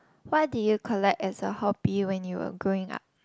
what did you collect as a hobby when you were growing up